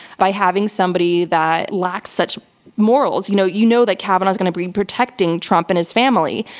by having somebody that lacks such morals, you know you know that kavanaugh is going to be protecting trump and his family,